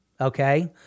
okay